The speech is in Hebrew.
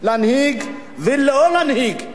ולא להנהיג אלא לשרוד,